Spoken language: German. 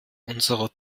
unsere